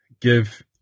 give